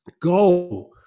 go